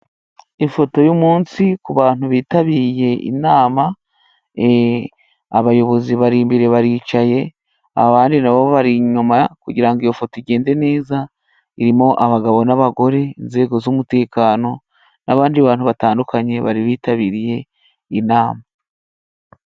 Ifoto y'umunsi ku bantu bitabiriye inama; abayobozi bari imbere baricaye abandi nabo bari inyuma kugirango ifoto igende neza, irimo abagabo n'abagore, inzego z'umutekano n'abandi bantu batandukanye bari bitabiriye inama.